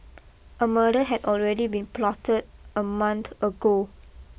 a murder had already been plotted a month ago